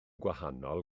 gwahanol